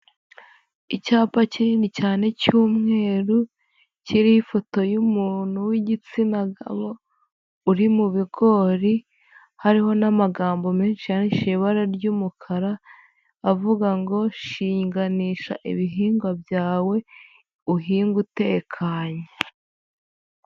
Icyapa kinini cyane cy'umweru, kiriho ifoto y'umuntu w'igitsina gabo, uri mu bigori, hariho n'amagambo menshi yandikishijwe ibara ry'umukara, avuga ngo shinganisha ibihingwa byawe, uhinge utekanye.